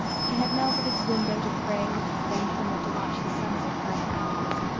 she had knelt at its window to pray and had bent from it to watch the sunset behind the pines.